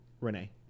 Renee